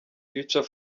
future